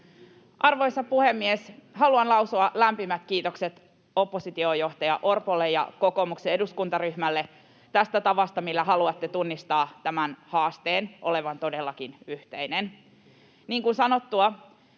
Arvoisa puhemies! Haluan lausua lämpimät kiitokset oppositiojohtaja Orpolle ja kokoomuksen eduskuntaryhmälle tästä tavasta, millä haluatte tunnistaa tämän haasteen olevan todellakin yhteinen. Niin kuin sanottua,